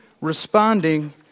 responding